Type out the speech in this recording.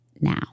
now